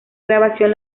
grabación